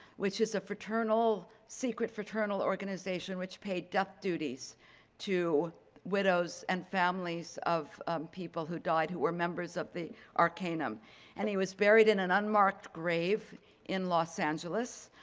which is a fraternal secret fraternal organization, which paid death duties to widows and families of people who died who were members of the arcanum and he was buried in an unmarked grave in los angeles.